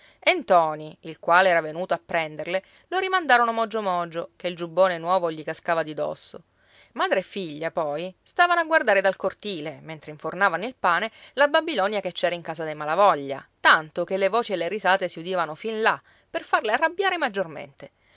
e ntoni il quale era venuto a prenderle lo rimandarono mogio mogio che il giubbone nuovo gli cascava di dosso madre e figlia poi stavano a guardare dal cortile mentre infornavano il pane la babilonia che c'era in casa dei malavoglia tanto che le voci e le risate si udivano fin là per farle arrabbiare maggiormente